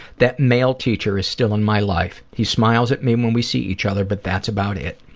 that male teacher is still in my life. he smiles at me when we see each other but that's about it.